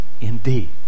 indeed